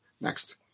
next